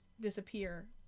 disappear